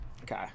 Okay